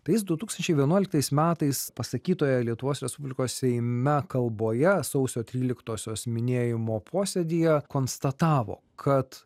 tais du tūkstančiai vienuoliktais metais pasakytoje lietuvos respublikos seime kalboje sausio tryliktosios minėjimo posėdyje konstatavo kad